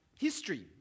history